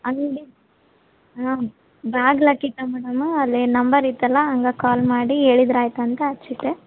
ಅಂಗಡಿ ಹಾಂ ಬಾಗ್ಲು ಹಾಕಿತ್ತ ಮೇಡಮ್ ಅಲ್ಲೇ ನಂಬರ್ ಇತ್ತಲ್ಲ ಹಂಗ ಕಾಲ್ ಮಾಡಿ ಹೇಳಿದ್ರು ಆಯ್ತು ಅಂತ ಹಚ್ಚಿಟ್ಟೆ